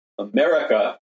America